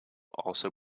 also